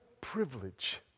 privilege